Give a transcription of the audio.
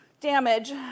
damage